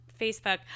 facebook